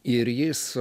ir jis